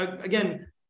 again